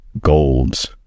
Golds